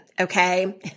Okay